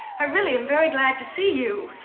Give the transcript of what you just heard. i really am very glad to see you.